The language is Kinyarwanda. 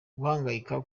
guhangayika